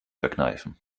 verkneifen